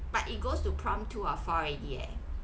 but it goes to prompt to or four already leh